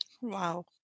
Wow